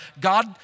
God